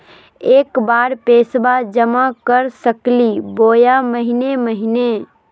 एके बार पैस्बा जमा कर सकली बोया महीने महीने?